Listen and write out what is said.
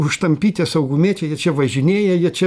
užtampyt tie saugumiečiai jie čia važinėja jie čia